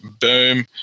Boom